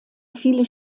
viele